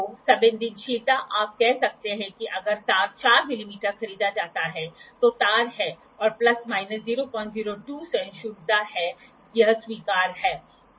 तो संवेदनशीलता आप कह सकते हैं कि अगर तार 4 मिमी खरीदा जाता है तो तार है और प्लस माइनस 002 सहिष्णुता है यह स्वीकार्य है